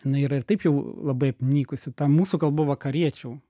jinai yra ir taip jau labai apnykusi ta mūsų kalbu vakariečių